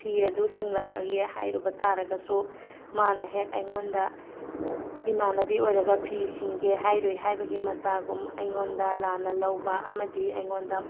ꯐꯤ ꯑꯗꯨ ꯁꯤꯡꯂꯛꯂꯒꯦ ꯍꯥꯏꯔꯨꯕ ꯇꯥꯔꯒꯁꯨ ꯃꯥꯅ ꯍꯦꯛ ꯑꯩꯉꯣꯟꯗ ꯏꯃꯥꯟꯅꯕꯤ ꯑꯣꯏꯔꯒ ꯐꯤ ꯁꯤꯡꯒꯦ ꯍꯥꯏꯔꯨꯏ ꯍꯥꯏꯕꯒꯤ ꯃꯇꯥꯒꯨꯝ ꯑꯩꯉꯣꯟꯗ ꯂꯥꯟꯅ ꯂꯧꯕ ꯑꯃꯗꯤ ꯑꯩꯉꯣꯟꯗ